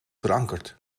verankerd